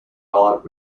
pilot